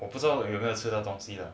我不知道有没有吃到东西了